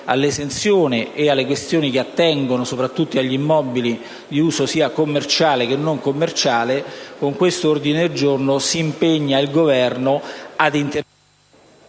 all'esenzione e alle questioni che attengono soprattutto agli immobili di uso sia commerciale che non. Con questo ordine del giorno si impegna il Governo ad intervenire